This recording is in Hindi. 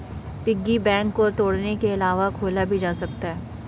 पिग्गी बैंक को तोड़ने के अलावा खोला भी जा सकता है